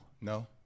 no